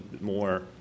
more